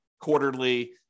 quarterly